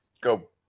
Go